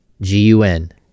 G-U-N